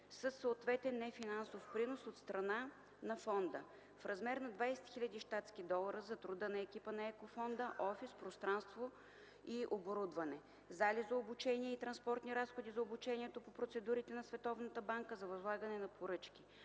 30 месеца с финансов принос от страна на Еко Фонда в размер на 20 000 щатски долара за труда на екипа на Еко Фонда, офис пространство и оборудване, зали за обучение и транспортни разходи за обучението по процедурите на Световната банка за възлагане на поръчки.